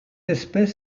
espèce